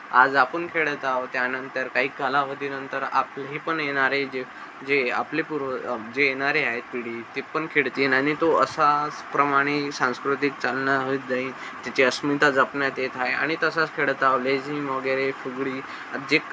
आज आपण खेळत आहोत त्यानंतर काही कालावधीनंतर आपलं हे पण येणारे जे जे आपले पूर्वज जे येणारे आहेत पिढी ते पण खेळतीन आणि तो असाच प्रमाणे सांस्कृतिक चालना होईत जाईल त्याची अस्मिता जपण्यात येत हाय आणि तसाच खेळत आहो लेझीम वगैरे फुगडी जे